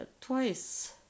twice